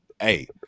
hey